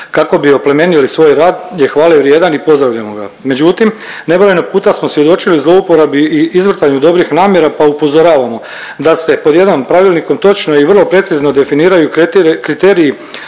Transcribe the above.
kako bi oplemenili svoj rad je hvale vrijedan i pozdravljamo ga. Međutim, nebrojeno puta smo svjedočili zlouporabi i izvrtanju dobrih namjera, pa upozoravamo da se pod jedan Pravilnikom točno i vrlo precizno definiraju kriteriji